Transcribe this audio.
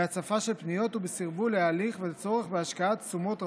בהצפה של פניות ובסרבול ההליך וצורך בהשקעת תשומות רבות,